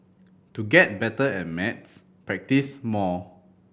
to get better at maths practise more